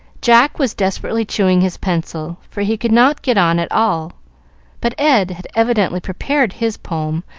jack was desperately chewing his pencil, for he could not get on at all but ed had evidently prepared his poem,